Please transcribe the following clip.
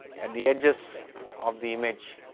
and the edges of the image,